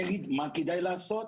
אדי בן ליש, אגיד מה כדאי לעשות